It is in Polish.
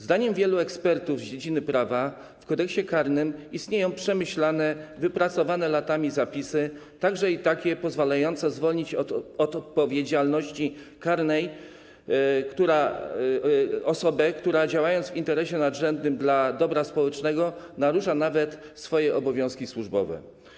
Zdaniem wielu ekspertów z dziedziny prawa w Kodeksie karnym istnieją przemyślane, wypracowane latami zapisy, także i takie, które pozwalają zwolnić od odpowiedzialności karnej osobę, która działając w interesie nadrzędnym, dla dobra społecznego narusza nawet swoje obowiązki służbowe.